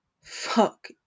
Fuck